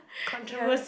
controversy